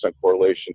correlation